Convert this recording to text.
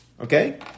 okay